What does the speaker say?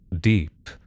deep